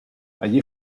allí